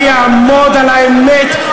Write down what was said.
אני אעמוד על האמת,